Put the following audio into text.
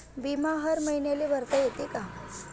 बिमा हर मईन्याले भरता येते का?